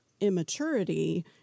immaturity